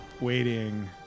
waiting